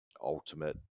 ultimate